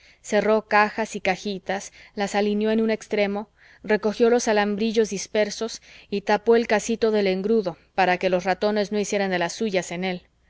cerró cajas y cajitas las alineó en un extremo recogió los alambrillos dispersos y tapó el cacito del engrudo para que los ratones no hicieran de las suyas en él